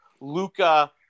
Luca